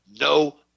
No